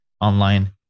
online